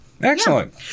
Excellent